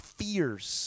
fears